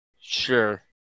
Sure